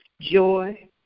Joy